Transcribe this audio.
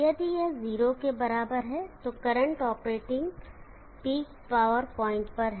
यदि यह 0 के बराबर है तो current operating peak power point पर है